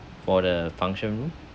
for the function room